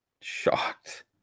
Shocked